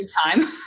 time